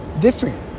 different